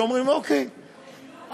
שאומרים: אוקיי,